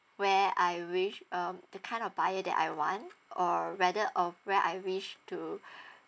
where I wish um the kind of buyer that I want or rather of where I wish to